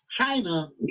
China